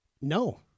No